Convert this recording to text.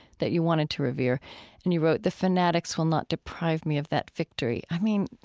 that you wanted to revere and you wrote, the fanatics will not deprive me of that victory. i mean,